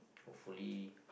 hopefully